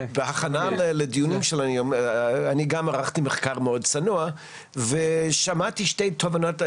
בהכנה לדיון שלנו היום אני גם ערכתי מחקר מאוד צנוע ושמעתי שתי תובנות.